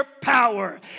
power